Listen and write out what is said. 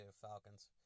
Falcons